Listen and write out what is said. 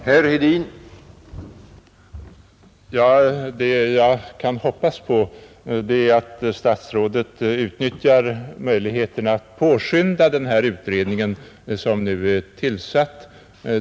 Herr talman! Det jag kan hoppas på är att statsrådet utnyttjar möjligheten att påskynda den utredning som nu skall tillkallas.